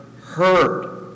heard